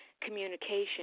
communication